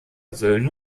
söhne